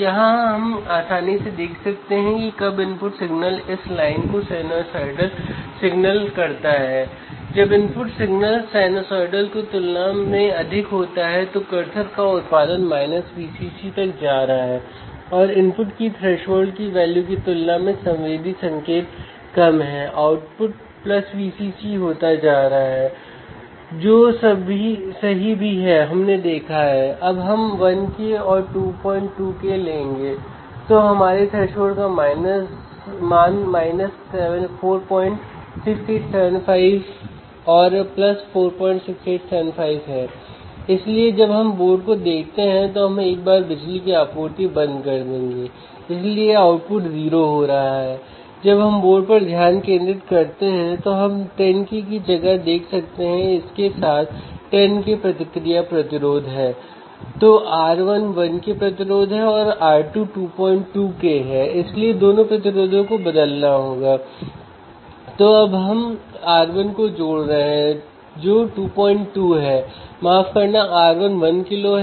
यहां Dean Kamen का एक और उद्धरण है जिसमें वे कहते हैं कि हर कुछ दिनों में एक नई तकनीक या एक समस्या या एक बड़ा विचार एक नवाचार में बदल जाता है